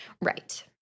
Right